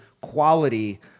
quality